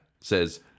Says